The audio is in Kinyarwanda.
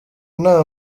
nta